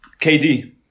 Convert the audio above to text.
KD